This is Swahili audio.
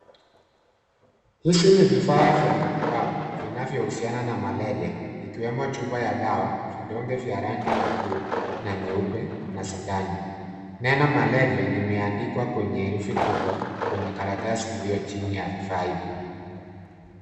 Hizi ni vifaa vya matibabu vinavyohusiana na malaria ikiwemo chupa ya dawa na vidonge vya rangi ya blue na nyeupe na sindano. Neno malaria limeandikwa kwenye herufi kubwa kwenye karatasi iliyo chini ya vifaa hivyo.